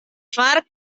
fart